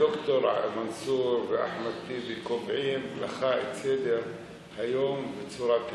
ד"ר מנסור ואחמד טיבי קובעים לך את סדר-היום וצורת הנאום?